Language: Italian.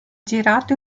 girato